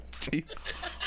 Jesus